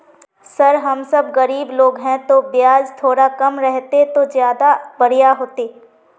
sir हम सब गरीब लोग है तो बियाज थोड़ा कम रहते तो ज्यदा बढ़िया होते